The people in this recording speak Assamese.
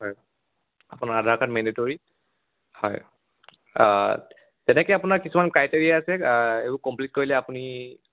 হয় আপোনাৰ আধাৰ কাৰ্ড মেণ্ডেটৰি হয় তেনেকৈ আপোনাৰ কিছুমান ক্ৰাইটেৰিয়া আছে এইবোৰ কমপ্লিট কৰিলে আপুনি